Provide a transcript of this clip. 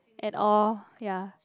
and all ya